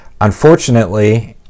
unfortunately